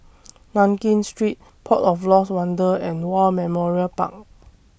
Nankin Street Port of Lost Wonder and War Memorial Park